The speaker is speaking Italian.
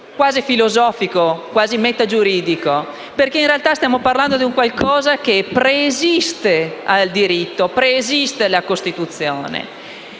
filosofico, quasi metagiuridico. In realtà, stiamo parlando di un qualcosa che preesiste al diritto e alla Costituzione,